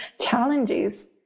challenges